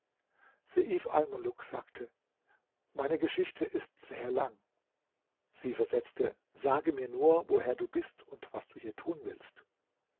sagte meine geschichte ist sehr lang sie versetzte sage mir nur woher du bist und was du hier tun willst